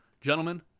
Gentlemen